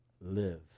live